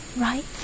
right